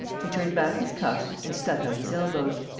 he turned back his cuffs and stuck out his elbows.